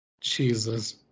Jesus